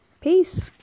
Peace